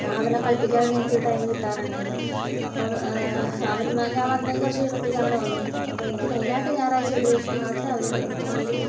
അവനെ കളിപ്പിക്കാനൊന്നും എനിക്ക് ഒരു ടൈം കിട്ടാറുണ്ടായില്ല അപ്പം അവൻ ഞാൻ വന്നു കുറച്ചു കഴിയുമ്പോഴത്തേക്കും അവൻ ഉറങ്ങിപ്പോവും അപ്പോൾ എനിക്ക് മൈനായിട്ട് ഞായാറാഴ്ച ഒരു ദിവസം മാത്രേ അവനോട് കളിക്കാനുള്ളൊരു